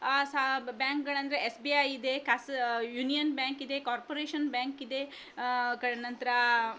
ಆ ಸಾ ಬ್ಯಾಂಕ್ಗಳೆಂದರೆ ಎಸ್ ಬಿ ಐ ಇದೆ ಕಾಸು ಯುನಿಯನ್ ಬ್ಯಾಂಕಿದೆ ಕಾರ್ಪೊರೇಷನ್ ಬ್ಯಾಂಕಿದೆ ಕಡ್ ನಂತರ